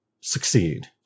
succeed